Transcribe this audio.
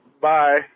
Bye